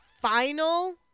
final